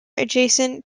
adjacent